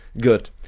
Good